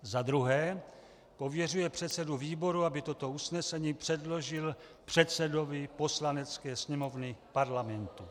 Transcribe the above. za druhé pověřuje předsedu výboru, aby toto usnesení předložil předsedovi Poslanecké sněmovny Parlamentu;